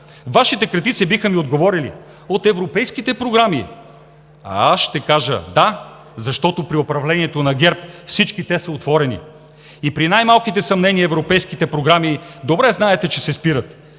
Вашите критици биха ми отговорили: от европейските програми. Аз ще кажа: да, защото при управлението на ГЕРБ всички те са отворени и при най-малките съмнения, добре знаете, европейските